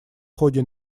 ходе